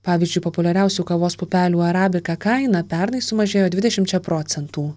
pavyzdžiui populiariausių kavos pupelių arabika kaina pernai sumažėjo dvidešimčia procentų